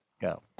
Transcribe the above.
go